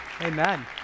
Amen